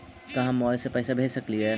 का हम मोबाईल से पैसा भेज सकली हे?